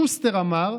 שוסטר אמר,